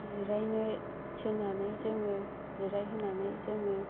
जिरायनो थिन्नानै जोङो जिरायहोनानै